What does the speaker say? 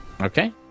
Okay